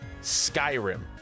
Skyrim